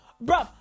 Bro